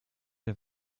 der